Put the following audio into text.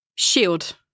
Shield